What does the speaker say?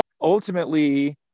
ultimately